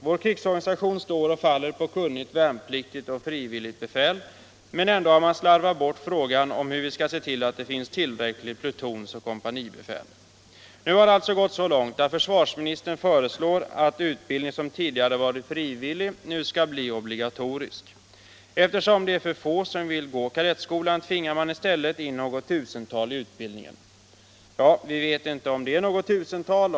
Vår krigsorganisation står och faller med kunnigt värnpliktigt och frivilligt befäl, men ändå har man slarvat bort frågan om hur vi skall se till att det finns tillräckligt plutonsoch kompanibefäl. Nu har det alltså gått så långt att försvarsministern föreslår att utbildning som tidigare varit frivillig skall bli obligatorisk. Eftersom det är för få som vill gå kadettskolan tvingar man i stället in något tusental i utbildningen. Men vi vet inte om det är något tusental.